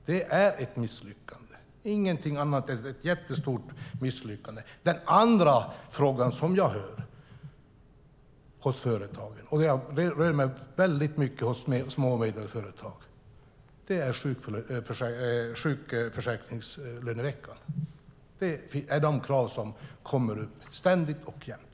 Det är ett misslyckande, ingenting annat än ett jättestort misslyckande. Jag rör mig väldigt mycket bland små och medelstora företag, och den andra frågan som jag hör dem tala om är sjuklönevecka. Det är de krav som kommer upp ständigt och jämt.